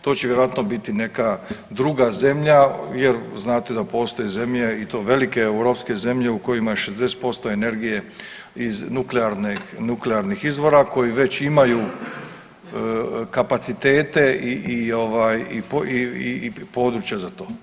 To će vjerojatno biti neka druga zemlja jer znate da postoje zemlje i to velike europske zemlje u kojima je 60% energije iz nuklearne, nuklearnih izvora koji već imaju kapacitete i ovaj i područja za to.